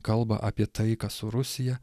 kalba apie taiką su rusija